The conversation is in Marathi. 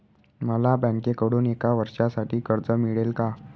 मला बँकेकडून एका वर्षासाठी कर्ज मिळेल का?